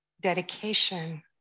dedication